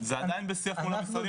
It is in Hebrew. זה עדיין בשיח מול המשרדים,